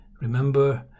remember